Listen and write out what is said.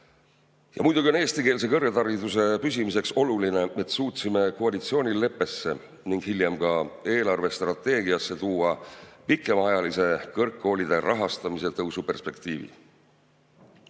Ja muidugi on eestikeelse kõrghariduse püsimiseks oluline, et me suutsime koalitsioonileppesse ning hiljem ka eelarvestrateegiasse tuua pikemaajalise kõrgkoolide rahastamise kasvu perspektiivi.